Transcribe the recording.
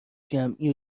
جمعی